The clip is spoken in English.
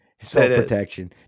Self-protection